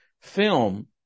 film